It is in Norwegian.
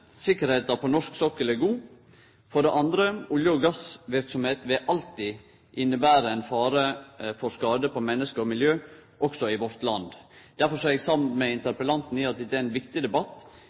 Sikkerheita på norsk sokkel er god. For det andre: Olje- og gassverksemd vil alltid innebere ein fare for skade på menneske og miljø, også i vårt land. Derfor er eg samd med interpellanten i at dette er ein viktig debatt,